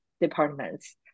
departments